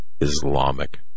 Islamic